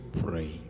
pray